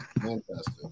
Fantastic